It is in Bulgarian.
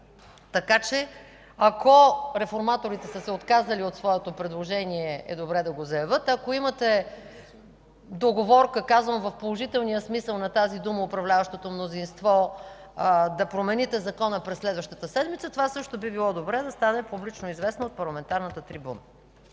състав. Ако реформаторите са се отказали от своето предложение, е добре да го заявят. Ако имате договорка – казвам го в положителния смисъл на тази дума, управляващото мнозинство, да промените Закона през следващата седмица, това също би било добре да стане публично известно от парламентарната трибуна.